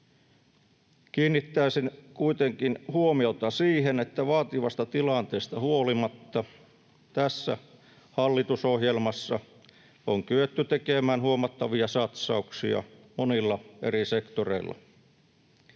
Kiinnittäisin kuitenkin huomiota siihen, että vaativasta tilanteesta huolimatta tässä hallitusohjelmassa on kyetty tekemään huomattavia satsauksia monilla eri sektoreilla.